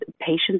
patients